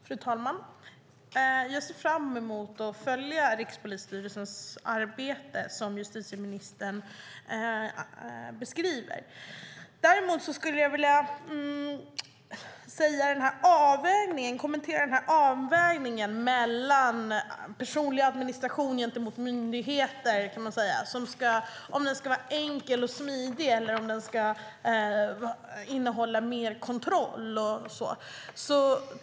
Fru talman! Jag ser fram emot att följa Rikspolisstyrelsens arbete som justitieministern beskriver. Jag vill kommentera avvägningen vad gäller personlig administration gentemot myndigheter och om den ska vara enkel och smidig eller innehålla mer kontroll.